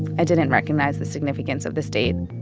i didn't recognize the significance of this date.